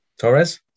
Torres